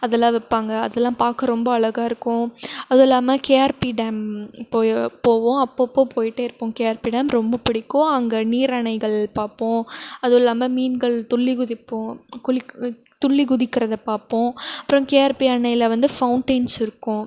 அதெல்லாம் விற்பாங்க அதெல்லாம் பார்க்க ரொம்ப அழகாக இருக்கும் அதுவும் இல்லாமல் கேஆர்பி டேம் இப்போ போவோம் அப்பப்போ போயிகிட்டே இருப்போம் கேஆர்பி டேம் ரொம்ப பிடிக்கும் அங்கே நீர் அணைகள் பார்ப்போம் அதுவும் இல்லாமல் மீன்கள் துள்ளி குதிப்போம் குளிக் துள்ளி குதிக்கிறதை பார்ப்போம் அப்புறம் கேஆர்பி அணையில் வந்து ஃபவுன்டைன்ஸ் இருக்கும்